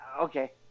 Okay